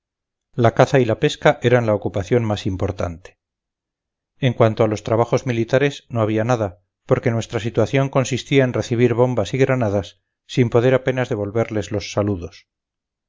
la caza y la pesca eran la ocupación más importante en cuanto a los trabajos militares no había nada porque nuestra situación consistía en recibir bombas y granadas sin poder apenas devolverles los saludos